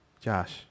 Josh